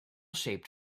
shaped